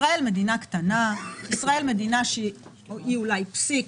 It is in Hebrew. ישראל מדינה קטנה, ישראל היא מדינה שהיא אולי פסיק